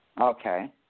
Okay